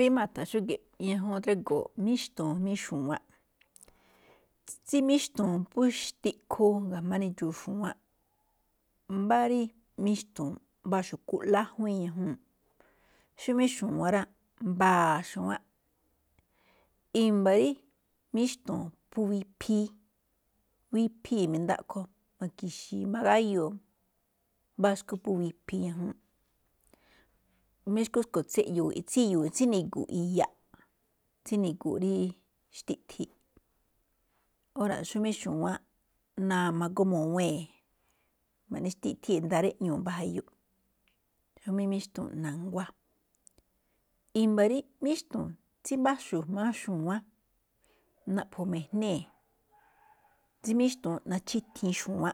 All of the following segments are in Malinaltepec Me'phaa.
Rí ma̱tha̱n xúge̱ꞌ ñajuun drígo̱o̱ míxtu̱u̱n jamí xu̱wánꞌ, tsí míxtu̱u̱n phú xtiꞌkhu ga̱jma̱á nindxu̱u̱ xu̱wánꞌ. Mbá rí míxtu̱u̱n mbáa xu̱kú lájuíin ñajuu̱n. Xóma̱ꞌ xu̱wán rá, mba̱a̱ xu̱wánꞌ. I̱mba̱ rí míxtu̱u̱n phú wiphii, wuphii̱ me̱ndaꞌkho, na̱ki̱xii̱ magáyuu̱, mbáa xu̱kú phú wiphii ñajuu̱n, jamí xu̱kú tsúꞌkhue̱n tsíni̱gu̱u̱ꞌ iyaꞌ, tsíni̱gu̱u̱ꞌ rí xtiꞌthi. Óra̱ xómáꞌ xu̱wánꞌ, ma̱goo mo̱wee̱n, naꞌne xtiꞌthii̱ nda̱a̱ rí iꞌñuu̱ mbá jayu, jamí míxtu̱u̱n na̱nguá. I̱mba̱ rí míxtu̱u̱n, tsímbáxu̱u̱ ga̱jma̱á xu̱wánꞌ, naꞌpho̱ mijnée̱, tsí míxtu̱u̱n nachíthiin xu̱wánꞌ,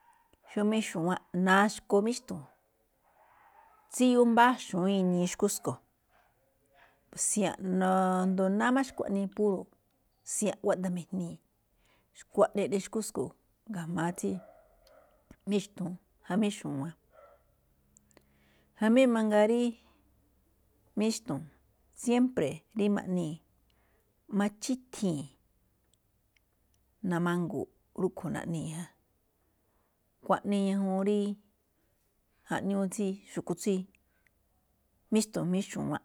xómáꞌ xu̱wánꞌ naxkoo míxtu̱u̱n. tsíyuu gámbáxu̱ún inii xu̱kú tsúkhue̱n sia̱nꞌ asndo náá máꞌ xkuaꞌnii, púro̱ sia̱nꞌ kuaꞌda mijnee̱, xkuaꞌnii eꞌne xu̱kú tsúꞌkhue̱n ga̱jma̱á tsí míxtu̱u̱n jamí xu̱wánꞌ. Jamí mangaa rí míxtu̱u̱n, siémpre̱ rí ma̱ꞌnii̱ machíthii̱n, namangu̱u̱ꞌ rúꞌkhue̱n naꞌnii̱ ja. Xkuaꞌnii ñajuun rí jaꞌñúú xu̱kú tsí míxtu̱u̱n jamí xuwánꞌ.